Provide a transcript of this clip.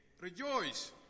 Rejoice